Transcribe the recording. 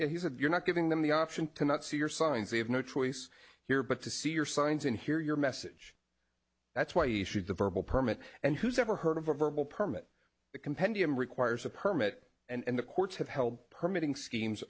and he said you're not giving them the option to not see your signs they have no choice here but to see your signs and hear your message that's why he should the verbal permit and who's ever heard of a verbal permit compendium requires a permit and the courts have held per meeting schemes